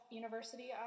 university